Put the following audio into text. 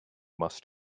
must